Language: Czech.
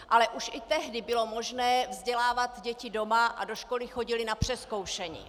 Ale už i tehdy bylo možné vzdělávat děti doma a do školy chodily na přezkoušení.